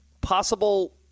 possible